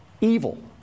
evil